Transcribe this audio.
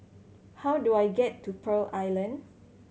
how do I get to Pearl Island